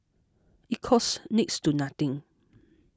it costs next to nothing